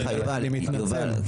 אני מתנצל.